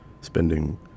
spending